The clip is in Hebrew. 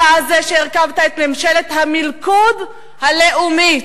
אתה זה שהרכבת את ממשלת המלכוד הלאומית,